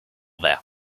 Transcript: there